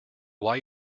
why